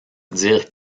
dire